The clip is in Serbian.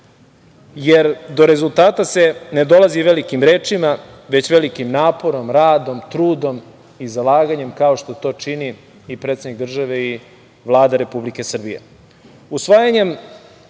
jer do rezultata se ne dolazi velikim rečima, već velikim naporom, radom, trudom, i zalaganjem, kao što to čini i predsednik države i Vlada Republike